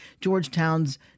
Georgetown's